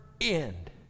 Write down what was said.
end